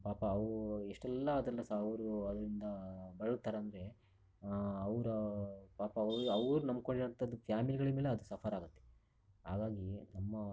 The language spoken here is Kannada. ಪಾಪ ಅವರು ಎಷ್ಟೆಲ್ಲ ಅದರಲ್ಲಿ ಸಹ ಅವರು ಅದರಿಂದ ಬಳಲ್ತಾರೆ ಅಂದರೆ ಅವರ ಪಾಪ ಅವ್ರು ಅವ್ರ ನಂಬ್ಕೊಂಡಿರುವಂಥದ್ದು ಫ್ಯಾಮಿಲಿಗಳ ಮೇಲೆ ಅದು ಸಫರಾಗತ್ತೆ ಹಾಗಾಗಿ ನಮ್ಮ